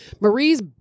Marie's